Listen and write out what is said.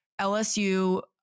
LSU